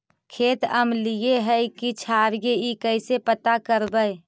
खेत अमलिए है कि क्षारिए इ कैसे पता करबै?